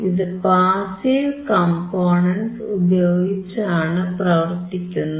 ഇത് passive components ഉപയോഗിച്ചാണ് പ്രവർത്തിക്കുന്നത്